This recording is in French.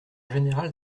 général